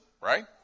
right